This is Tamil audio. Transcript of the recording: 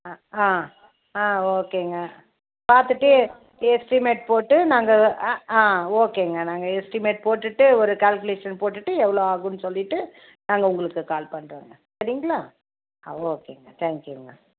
அ ஆ ஆ ஓகேங்க பார்த்துட்டு எஸ்டிமேட் போட்டு நாங்கள் வ அ ஆ ஓகேங்க நாங்கள் எஸ்டிமேட் போட்டுவிட்டு ஒரு கால்குலேஷன் போட்டுவிட்டு எவ்வளோ ஆகுமென்னு சொல்லிட்டு நாங்கள் உங்களுக்கு கால் பண்ணுறோங்க சரிங்களா ஆ ஓகேங்க தேங்க்யூங்க